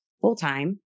full-time